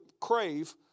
crave